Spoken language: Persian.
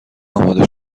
آماده